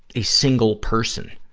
a single person